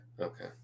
okay